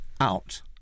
out